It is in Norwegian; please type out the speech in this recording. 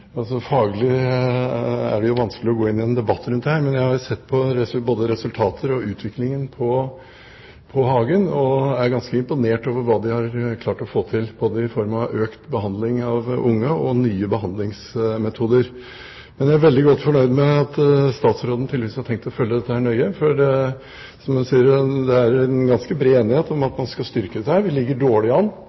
Faglig er det vanskelig å gå inn i en debatt rundt dette. Men jeg har sett på både resultater og utviklingen ved Hagen, og er ganske imponert over hva de har klart å få til, både i form av økt behandling av unge og i form av nye behandlingsmetoder. Men jeg er veldig godt fornøyd med at statsråden tydeligvis har tenkt å følge dette nøye. Som hun sier, er det en ganske bred enighet om at man skal styrke dette området. Vi ligger dårlig an.